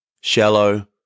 Shallow